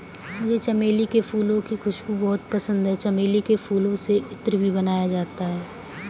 मुझे चमेली के फूलों की खुशबू बहुत पसंद है चमेली के फूलों से इत्र भी बनाया जाता है